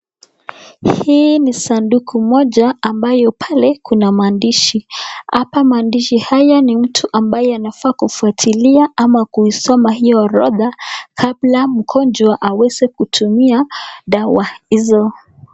Hii ni sandaku moja ambayo pale kuna maandishi. Hapa maandishi haya ni mtu ambaye anafaa kufuatilia ama kuisoma hiyo orodha kabla mgonjwa aweze kutumia dawa hizo.